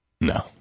No